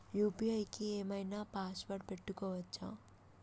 UPI కి ఏం ఐనా పాస్వర్డ్ పెట్టుకోవచ్చా?